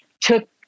took